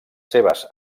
seves